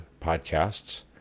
podcasts